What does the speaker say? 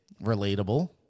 Relatable